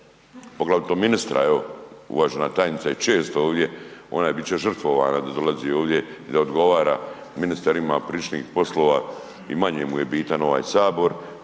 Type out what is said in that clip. poglavito ministra, uvažena tajnica je često ovdje, ona bit će žrtvovana da dolazi ovdje i da odgovara, ministar ima pričnih poslova i manje mu je bitan ovaj sabor.